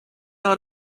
out